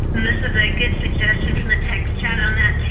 this is a good suggestion from the text chat on that too.